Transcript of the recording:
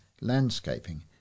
landscaping